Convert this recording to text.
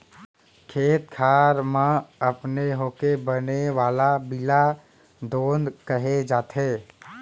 खेत खार म अपने होके बने वाला बीला दोंद कहे जाथे